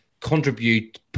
contribute